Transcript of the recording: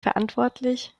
verantwortlich